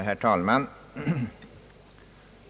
Herr talman!